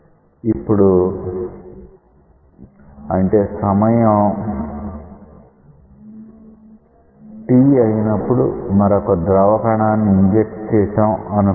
ఇప్పుడు అంటే సమయం t అయినప్పుడు మరొక ద్రవ కణాన్ని ఇంజెక్ట్ చేశాం అనుకుందాం